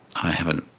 i haven't,